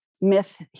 myth